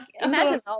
imagine